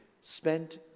spent